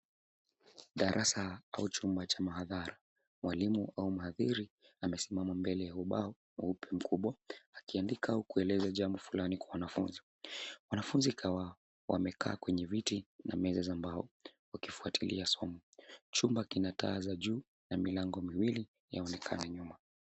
Darasa au chumba cha mhadhara, mwalimu au mhadhiri amesimama mbele ya ubao mweupe mkubwa, akiandika au kueleza jambo fulani kwa wanafunzi. Wanafunzi kadhaa wamekaa kwenye viti na meza za mbao wakifuatilia somo. Chumba kina taa za juu na milango miwili yaonekana nyuma.